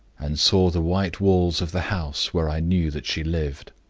and saw the white walls of the house where i knew that she lived.